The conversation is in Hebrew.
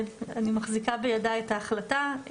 אני מחזיקה בידי את ההחלטה.